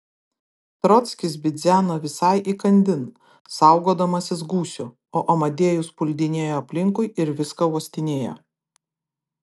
trockis bidzeno visai įkandin saugodamasis gūsių o amadėjus puldinėjo aplinkui ir viską uostinėjo